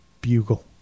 Bugle